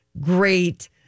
great